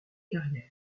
carrière